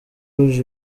rouge